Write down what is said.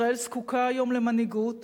ישראל זקוקה היום למנהיגות